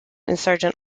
insurgent